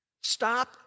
Stop